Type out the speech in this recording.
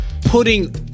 putting